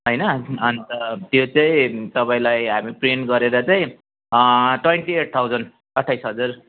होइन अन्त त्यो चाहिँ तपाईँलाई हामी प्रिन्ट गरेर चाहिँ ट्वेन्टी एट थाउजन अट्ठाइस हजार